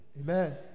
Amen